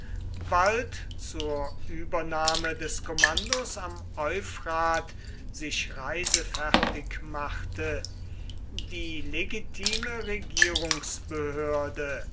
bald zur übernahme des kommandos am euphrat sich reisefertig machte die legitime regierungsbehörde